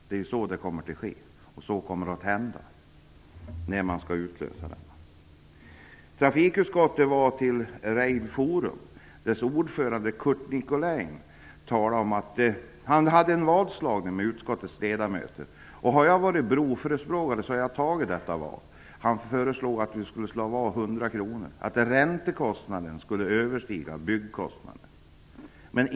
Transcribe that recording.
Det är vad som kommer att hända när garantin skall utlösas. Trafikutskottet besökte Rail-Forum, och dess ordförande Curt Nicolin ville göra en vadslagning med utskottets ledamöter. Om jag hade varit broförespråkare hade jag antagit vadet. Curt Nicolin föreslog att vi skulle slå vad om 100 kr om att räntekostnaden skulle överskrida byggkostnaden.